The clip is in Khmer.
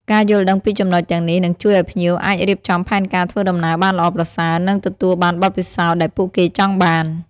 ការយល់ដឹងពីចំណុចទាំងនេះនឹងជួយឲ្យភ្ញៀវអាចរៀបចំផែនការធ្វើដំណើរបានល្អប្រសើរ និងទទួលបានបទពិសោធន៍ដែលពួកគេចង់បាន។